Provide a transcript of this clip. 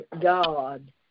God